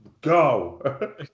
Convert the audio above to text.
Go